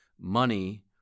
money